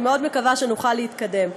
אני מאוד מקווה שנוכל להתקדם.